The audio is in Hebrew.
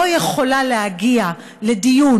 היא לא יכולה להגיע לדיון,